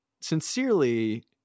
sincerely